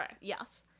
Yes